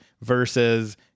versus